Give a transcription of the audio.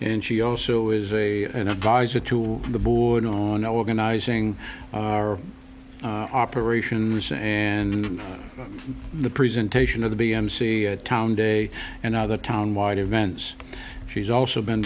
and she also is an advisor to the board on organizing our operation and the presentation of the b m c town day and other town wide events she's also been